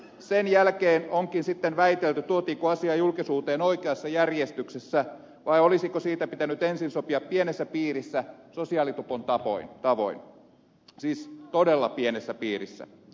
sen jälkeen onkin sitten väitelty siitä tuotiinko asia julkisuuteen oikeassa järjestyksessä vai olisiko siitä pitänyt ensin sopia pienessä piirissä sosiaalitupon tavoin siis todella pienessä piirissä